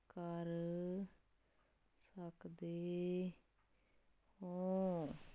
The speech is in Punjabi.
ਕਰ ਸਕਦੇ ਹੋ